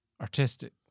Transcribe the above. artistic